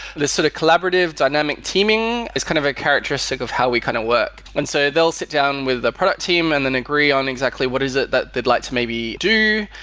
this sort of collaborative dynamic teaming is kind of a characteristic of how we kind of work. and so they'll sit down with the product team and then agree on exactly what is it that they'd like to maybe do?